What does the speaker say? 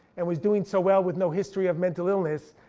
and was doing so well with no history of mental illness.